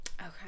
Okay